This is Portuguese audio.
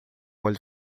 olho